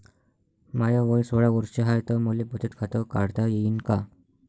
माय वय सोळा वर्ष हाय त मले बचत खात काढता येईन का?